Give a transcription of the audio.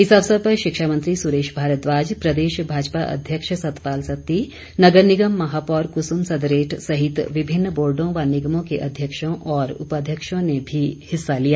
इस अवसर पर शिक्षामंत्री सुरेश भारद्वाज प्रदेश भाजपा अध्यक्ष सतपाल सत्ती नगर निगम महापौर कुसुम सदरेट सहित विभिन्न बोर्डो व निगमों के अध्यक्षों और उपाध्यक्षों ने भी हिस्सा लिया